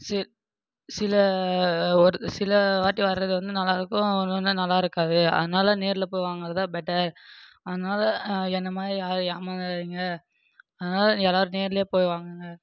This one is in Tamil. சில ஒரு சில வாட்டி வரது வந்து நல்லா இருக்கும் ஒன்று ஒன்று நல்லா இருக்காது அதனால் நேரில் போய் வாங்குறது பெட்டர் அதனால என்ன மாதிரி யாரும் ஏமாந்துடாதீங்க அதனால் எல்லோரும் நேரிலேயே போய் வாங்குங்க